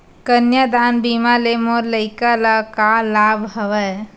कन्यादान बीमा ले मोर लइका ल का लाभ हवय?